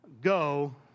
go